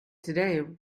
today